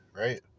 right